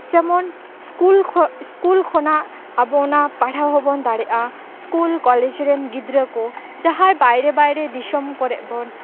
ᱡᱮᱢᱚᱱ school school ᱠᱷᱚᱱᱟᱜ ᱟᱵᱚ ᱚᱱᱟ ᱯᱟᱲᱦᱟᱣ ᱦᱚᱸᱵᱚᱱ ᱫᱟᱲᱮᱭᱟᱜᱼᱟ ᱥᱠᱩᱞ ᱠᱚᱞᱮᱡᱽ ᱨᱮᱱ ᱜᱤᱫᱽᱨᱟᱹ ᱠᱚ ᱡᱟᱦᱟᱸᱭ ᱵᱟᱭᱨᱮ ᱵᱟᱭᱨᱮ ᱫᱤᱥᱚᱢ ᱠᱚᱨᱮᱜ ᱵᱚᱱ